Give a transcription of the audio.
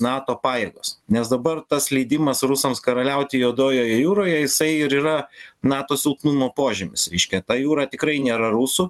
nato pajėgos nes dabar tas leidimas rusams karaliauti juodojoje jūroje jisai ir yra nato silpnumo požymis reiškia ta jūra tikrai nėra rusų